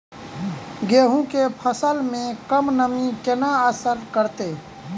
गेंहूँ केँ फसल मे कम नमी केना असर करतै?